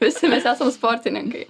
visi mes esam sportininkai